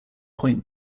point